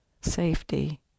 safety